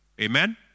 Amen